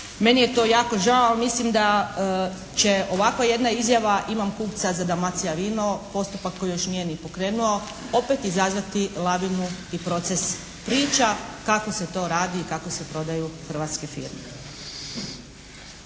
Meni je to jako žao. Ali mislim da će ovakva jedna izjava "Imam kupca za Dalmacijavino", postupak koji još nije ni pokrenuo opet izazvati lavinu i proces priča kako se to radi i kako se prodaju hrvatske firme.